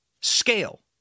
scale